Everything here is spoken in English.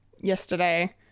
yesterday